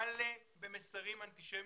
מלא במסרים אנטישמיים.